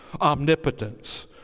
omnipotence